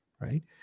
right